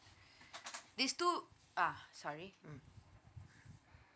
these two ah sorry mm